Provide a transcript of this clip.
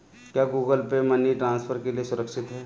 क्या Google Pay money transfer के लिए सुरक्षित है?